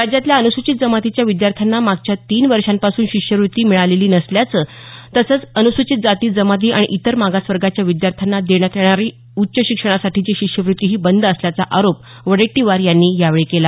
राज्यातल्या अनुसूचित जमातीच्या विद्यार्थ्यांना मागच्या तीन वर्षांपासून शिष्यवृत्ती मिळालेली नसल्याचं तसंच अनुसूचित जाती जमाती आणि इतर मागासवर्गाच्या विद्यार्थ्यांना देण्यात येणारी उच्च शिक्षणासाठीची शिष्यवृत्तीही बंद असल्याचा आरोप वडेट्टीवार यांनी यावेळी केला